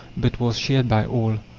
but was shared by all.